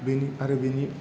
आरो बेनि